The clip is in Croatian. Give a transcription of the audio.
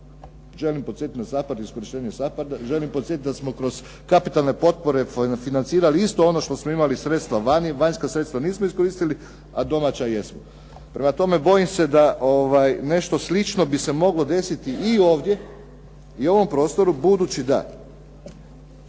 želim podsjetiti na SAPARD i iskorištenju SAPARD-a, želim podsjetiti da smo kroz kapitalne potpore financirali isto ono što smo imali sredstva vani. Vanjska sredstva nismo iskoristili, a domaća jesu. Prema tome, bojim se da bi se nešto slično moglo desiti i ovdje i ovom prostoru, budući da